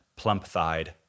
plump-thighed